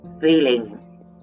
feeling